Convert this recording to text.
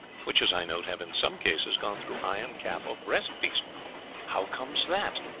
which, as i note, have in some cases gone through iron cap or breast-piece how comes that?